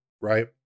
right